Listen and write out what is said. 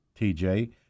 tj